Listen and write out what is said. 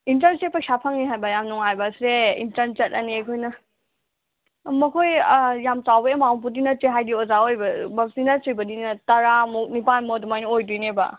ꯏꯟꯇꯔꯟꯁꯦ ꯄꯩꯁꯥ ꯐꯪꯉꯦ ꯍꯥꯏꯕ ꯌꯥꯝ ꯅꯨꯡꯉꯥꯏꯕꯁꯦ ꯏꯟꯇꯔꯟ ꯆꯠꯂꯅꯤ ꯑꯩꯈꯣꯏꯅ ꯃꯈꯣꯏ ꯌꯥꯝ ꯆꯥꯎꯕ ꯑꯦꯃꯥꯎꯟꯄꯨꯗꯤ ꯅꯠꯇꯦ ꯍꯥꯏꯗꯤ ꯑꯣꯖꯥ ꯑꯣꯏꯕꯃꯛꯇꯤ ꯅꯠꯇ꯭ꯔꯤꯕꯅꯤꯅ ꯇꯔꯥꯃꯨꯛ ꯅꯤꯄꯥꯟꯃꯨꯛ ꯑꯗꯨꯃꯥꯏꯅ ꯑꯣꯏꯗꯣꯏꯅꯦꯕ